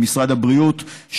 למשרד הבריאות,